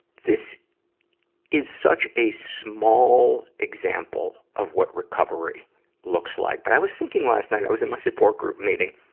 this is such a small example of what recovery looks like. but i was thinking last night, i was in my support group meeting,